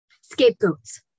Scapegoats